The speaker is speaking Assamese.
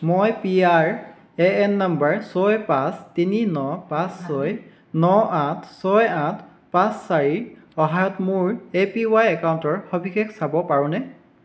মই P R A N number ছয় পাঁচ তিনি ন পাঁচ ছয় ন আঠ ছয় আঠ পাঁচ চাৰি ৰ সহায়ত মোৰ এ পি ৱাই একাউণ্টৰ সবিশেষ চাব পাৰোঁনে